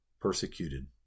persecuted